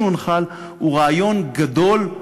הוא רעיון גדול,